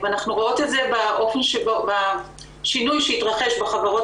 אנחנו רואות את זה בשינוי שהתרחש בחברות